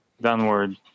downward